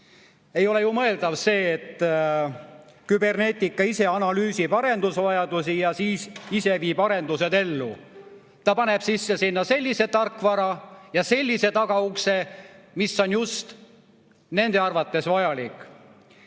Ei ole ju mõeldav, et Cybernetica ise analüüsib arendusvajadusi ja siis ise viib arendused ellu. Ta paneb sisse sinna sellise tarkvara ja sellise tagaukse, mis on just nende arvates vajalik.